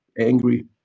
angry